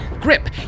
grip